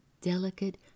delicate